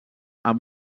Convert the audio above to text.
amb